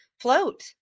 Float